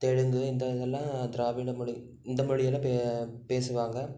தெலுங்கு இந்த இதெலாம் திராவிட மொழி இந்த மொழியெல்லாம் பே பேசுவாங்க